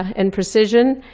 and precision,